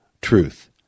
truth